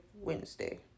Wednesday